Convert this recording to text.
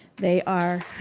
they are